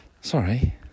Sorry